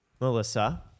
Melissa